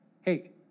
Hey